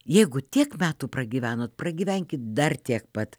jeigu tiek metų pragyvenot pragyvenk dar tiek pat